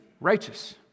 righteous